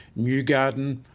Newgarden